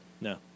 No